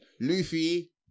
Luffy